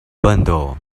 bundle